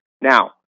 Now